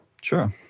Sure